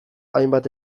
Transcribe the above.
hainbat